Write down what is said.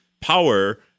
power